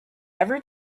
ever